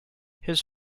his